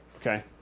Okay